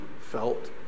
felt